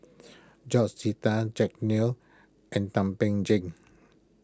George Sita Jack Neo and Thum Ping Tjin